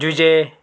Jose